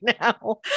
now